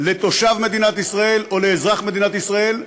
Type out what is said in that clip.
לתושב מדינת ישראל או לאזרח מדינת ישראל,